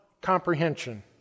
comprehension